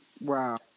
Wow